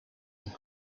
and